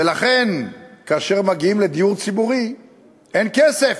ולכן כאשר מגיעים לדיור ציבורי אין כסף.